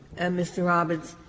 and mr. roberts,